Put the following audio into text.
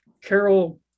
Carol